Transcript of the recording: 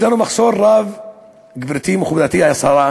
יש לנו מחסור רב, גברתי השרה,